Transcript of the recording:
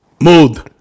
mood